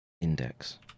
index